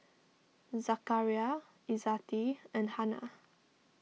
Zakaria Izzati and Hana